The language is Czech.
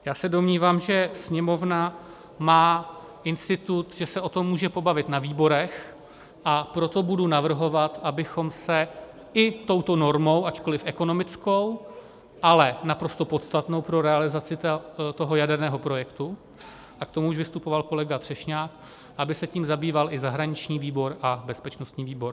Já se domnívám, že Sněmovna má institut, že se o tom může pobavit na výborech, a proto budu navrhovat, aby se i touto normou, ačkoliv ekonomickou, ale naprosto podstatnou pro realizaci toho jaderného projektu, a k tomu už vystupoval kolega Třešňák, aby se tím zabýval i zahraniční výbor a bezpečnostní výbor.